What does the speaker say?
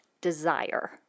desire